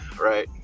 Right